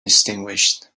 extinguished